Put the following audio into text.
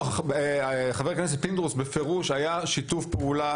חבר הכנסת פינדרוס, בפירוש היה שיתוף פעולה.